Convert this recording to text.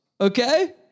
okay